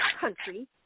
country